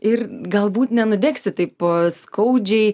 ir galbūt nenudegsi taip skaudžiai